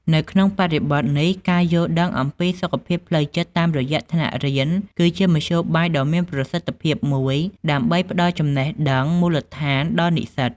នៅក្នុងបរិបទនេះ ការយល់ដឹងអំពីសុខភាពផ្លូវចិត្តតាមរយៈថ្នាក់រៀនគឺជាមធ្យោបាយដ៏មានប្រសិទ្ធភាពមួយដើម្បីផ្ដល់ចំណេះដឹងមូលដ្ឋានដល់និស្សិត។